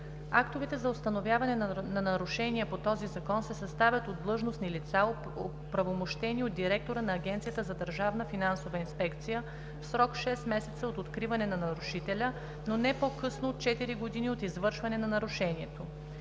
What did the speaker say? Актовете за установяване на нарушения по този Закон се съставят от длъжностни лица, оправомощени от директора на Агенцията за държавна финансова инспекция, в срок 6 месеца от откриване на нарушителя, но не по-късно от 4 години от извършване на нарушението.